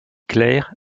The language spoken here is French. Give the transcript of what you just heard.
clair